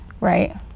Right